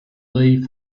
leave